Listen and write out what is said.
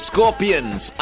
Scorpions